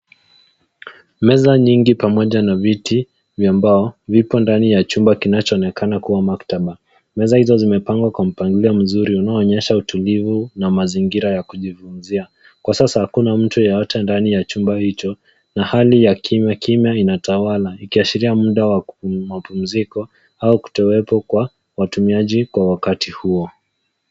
Meza nyingi pamoja na viti vya mbao vipo ndani ya chumba kinachoonekana kuwa maktaba. Meza hizo zimepangwa kwa mpangilio mzuri unaoonyesha utulivu na mazingira ya kujifunzia. Kwa sasa hakuna mtu yeyote ndani ya chumba hicho na hali ya kimyakimya inatawala ikiashiria muda wa mapumziko au kutowepo kwa watumiaji kwa wakati huo.